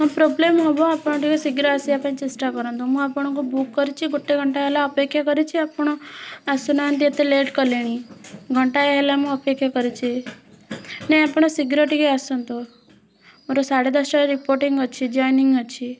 ମୋର ପ୍ରୋବ୍ଲେମ୍ ହେବ ଆପଣ ଟିକେ ଶୀଘ୍ର ଆସିବାକୁ ଚେଷ୍ଟା କରନ୍ତୁ ମୁଁ ଆପଣଙ୍କୁ ବୁକ୍ କରିଛି ଗୋଟେ ଘଣ୍ଟା ହେଲା ଅପେକ୍ଷା କରିଛି ଆପଣ ଆସୁନାହାଁନ୍ତି ଏତେ ଲେଟ୍ କଲେଣି ଘଣ୍ଟାଏ ହେଲା ମୁଁ ଅପେକ୍ଷା କରିଛି ନାଇ ଆପଣ ଶୀଘ୍ର ଟିକେ ଆସନ୍ତୁ ମୋର ସାଢ଼େ ଦଶଟାରେ ରିପୋର୍ଟିଂ ଅଛି ଜୟେନିଂ ଅଛି